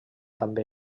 també